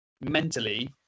mentally